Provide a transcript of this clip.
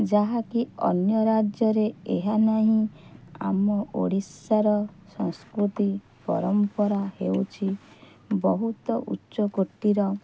ଯାହାକି ଅନ୍ୟ ରାଜ୍ୟରେ ଏହା ନାହିଁ ଆମ ଓଡ଼ିଶାର ସଂସ୍କୃତି ପରମ୍ପରା ହେଉଛି ବହୁତ ଉଚ୍ଚକୋଟୀର